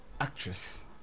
actress